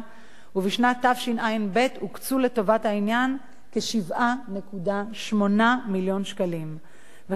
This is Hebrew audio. בשנת תשע"ב הוקצו לטובת העניין כ-7.8 מיליון שקלים וכן ניתנו מלגות